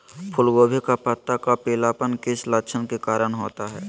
फूलगोभी का पत्ता का पीलापन किस लक्षण के कारण होता है?